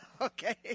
okay